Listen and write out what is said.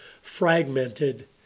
fragmented